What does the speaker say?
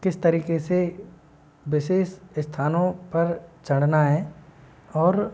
किस तरीक़े से विशेष स्थानों पर चढ़ना है और